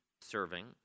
serving